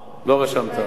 לא רשמת.